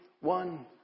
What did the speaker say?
one